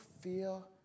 feel